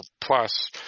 Plus